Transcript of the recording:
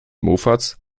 mofas